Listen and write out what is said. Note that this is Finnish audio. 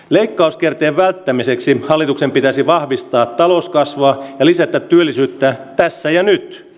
leikkauskierteen välttämiseksi hallituksen pitäisi vahvistaa talouskasvua ja lisätä työllisyyttä tässä ja nyt